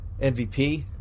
MVP